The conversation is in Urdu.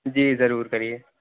جی ضرور کریے